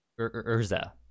Urza